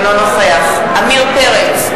אינו נוכח עמיר פרץ,